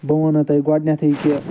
بہٕ وَنو تۄہہِ گۄڈٕنٮ۪تھے کہِ